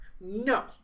no